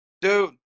dude